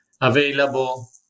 available